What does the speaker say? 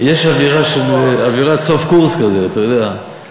יש אווירה של סוף קורס כזה, אתה יודע.